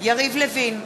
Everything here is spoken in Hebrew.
יריב לוין,